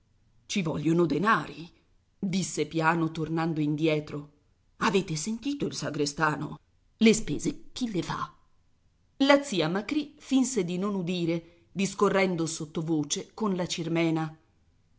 ci vogliono denari disse piano tornando indietro avete sentito il sagrestano le spese chi le fa la zia macrì finse di non udire discorrendo sottovoce colla cirmena